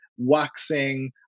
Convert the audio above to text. waxing